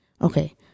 Okay